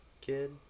kid